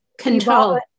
control